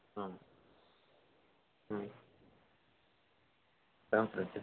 ஆமாம் ம் இதான் பிரச்சனை